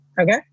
Okay